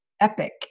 Epic